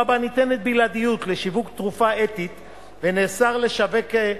שבה ניתנת בלעדיות לשיווק תרופה אתית ונאסר לשווק,